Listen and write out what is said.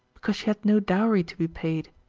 because she had no dowry to be paid.